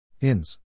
INS